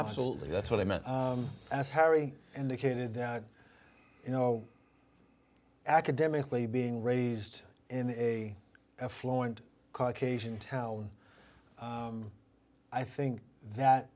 absolutely that's what i meant as harry indicated that you know academically being raised in a effluent caucasian town i think that